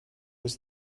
ist